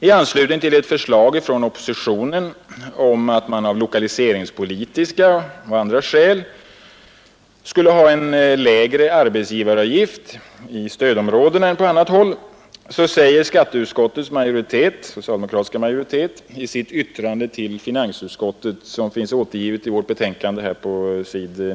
I anslutning till ett förslag från oppositionen att man av lokaliseringspolitiska och andra skäl skulle ha en lägre arbetsgivaravgift i stödområdena än på annat håll säger skatteutskottets socialdemokratiska majoritet i sitt yttrande till finansut skottet — detta finns återgivet på s.